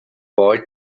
boy